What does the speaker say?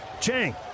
Chang